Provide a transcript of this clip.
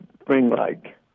spring-like